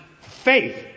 faith